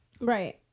right